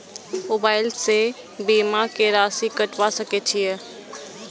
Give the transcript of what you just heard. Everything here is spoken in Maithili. मोबाइल से बीमा के राशि कटवा सके छिऐ?